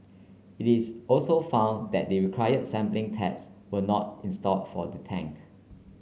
it is also found that the required sampling taps were not installed for the tank